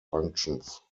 functions